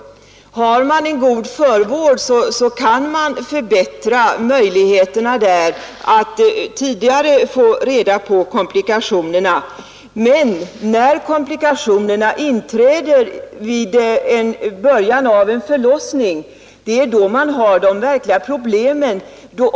Har man en god förvård kan man förbättra möjligheterna att tidigare få reda på komplikationerna. Men det är då komplikationerna inträder i början av en förlossning som man har de verkliga problemen.